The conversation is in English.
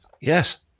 Yes